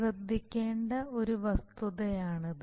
ശ്രദ്ധിക്കേണ്ട ഒരു വസ്തുതയാണിത്